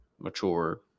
mature